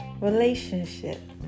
Relationship